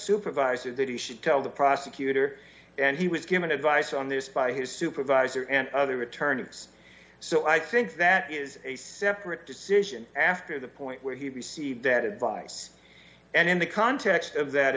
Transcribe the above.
supervisor that he should tell the prosecutor and he was given advice on this by his supervisor and other return to us so i think that is a separate decision after the point where he received that advice and in the context of that